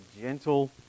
gentle